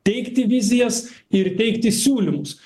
teikti vizijas ir teikti siūlymus